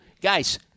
guys